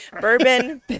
bourbon